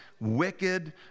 wicked